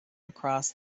across